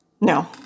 No